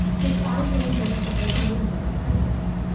which i knew meant an open window somewhere.